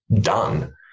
done